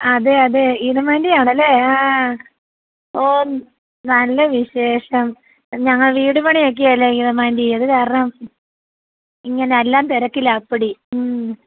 അതെ അതെ ഇതിനും വേണ്ടിയാണല്ലേ ആ ഓഹ് നല്ല വിശേഷം ഞങ്ങൾ വീട് പണിയൊക്കെ അല്ലെ ഗീതമ്മ ആൻ്റി അതു കാരണം ഇങ്ങനെ എല്ലാം തിരക്കിലാണ് അപ്പടി